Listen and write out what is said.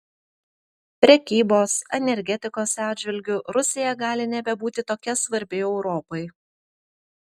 prekybos energetikos atžvilgiu rusija gali nebebūti tokia svarbi europai